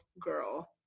girl